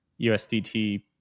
USDT